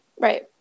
Right